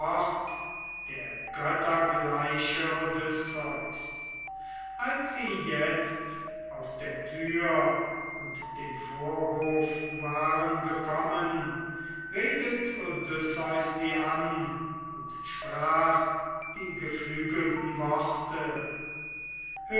der göttergleiche odysseus als sie jetzt aus der tür und dem vorhof waren gekommen redet odysseus sie an und sprach die freundlichen worte